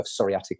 psoriatic